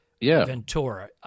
Ventura